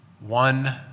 One